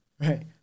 right